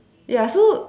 ya so